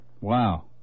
Wow